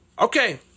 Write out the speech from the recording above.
okay